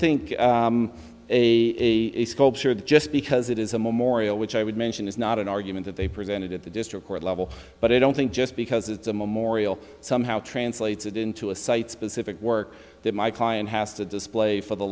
think a sculptured just because it is a memorial which i would mention is not an argument that they presented at the district court level but i don't think just because it's a memorial somehow translates it into a site specific work that my client has to display for the